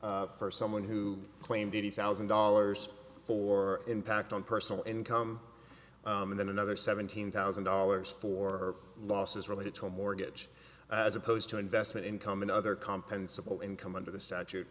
for someone who claimed eighty thousand dollars for impact on personal income and then another seventeen thousand dollars for losses related to a mortgage as opposed to investment income and other compensable income under the statute